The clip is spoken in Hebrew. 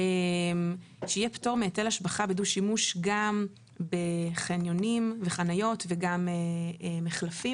שיהיה פטור מהיטל השבחה בדו-שימוש גם בחניונים וחניות וגם מחלפים,